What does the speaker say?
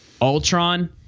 Ultron